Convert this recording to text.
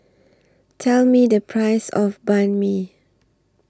Tell Me The Price of Banh MI